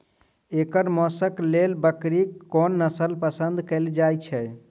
एकर मौशक लेल बकरीक कोन नसल पसंद कैल जाइ छै?